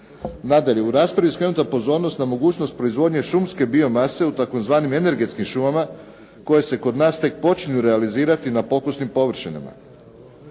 Nadalje, u raspravi je skrenuta pozornost na mogućnost proizvodnje šumske biomase u tzv. energetskim šumama koje se kod nas tek počinju realizirati na pokusnim površinama.